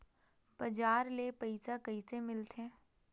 बजार ले पईसा कइसे मिलथे?